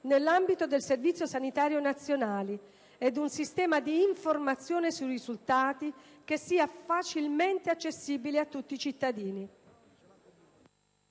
nell'ambito del Servizio Sanitario Nazionale ed un sistema di informazione sui risultati che sia facilmente accessibile a tutti i cittadini.